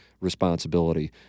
responsibility